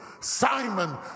Simon